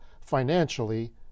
financially